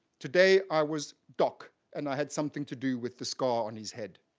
today i was doc, and i had something to do with the scar on his head.